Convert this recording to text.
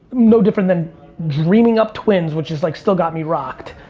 no different than dreaming up twins, which has like, still got me rocked.